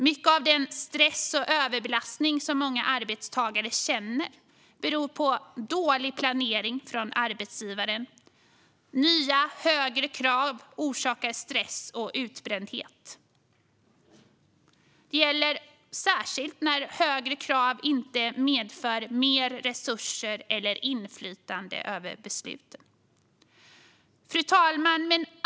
Mycket av den stress och överbelastning som många arbetstagare känner beror på dålig planering från arbetsgivaren. Nya och högre krav orsakar stress och utbrändhet. Det gäller särskilt när högre krav inte medför mer resurser eller inflytande över besluten. Fru talman!